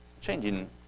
Changing